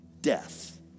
death